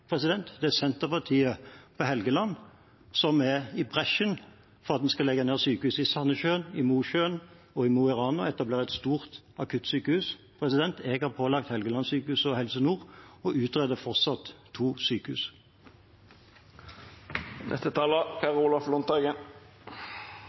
Nei, det er Senterpartiet på Helgeland som går i bresjen for at en skal legge ned sykehusene i Sandessjøen, i Mosjøen og i Mo i Rana og etablere et stort akuttsykehus. Jeg har pålagt Helgelandssykehuset og Helse Nord å utrede fortsatt to